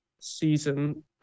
season